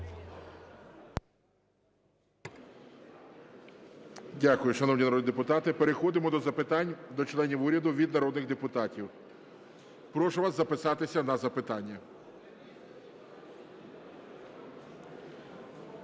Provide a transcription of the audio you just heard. Дякую. Шановні народні депутати, переходимо до запитань до членів уряду від народних депутатів. Прошу вас записатися на запитання.